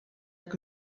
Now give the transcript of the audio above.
que